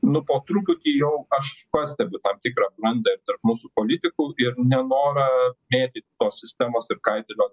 nu po truputį jau aš pastebiu tam tikrą brandą ir tarp mūsų politikų ir nenorą mėtyt tos sistemos ir kaitaliot